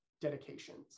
dedications